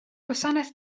gwasanaeth